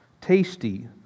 Tasty